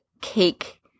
cake